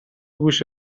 گوش